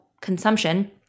consumption